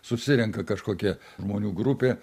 susirenka kažkokia žmonių grupė